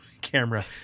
camera